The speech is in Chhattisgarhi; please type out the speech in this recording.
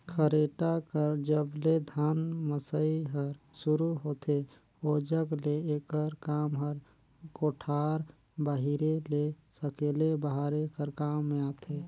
खरेटा कर जब ले धान मसई हर सुरू होथे ओजग ले एकर काम हर कोठार बाहिरे ले सकेले बहारे कर काम मे आथे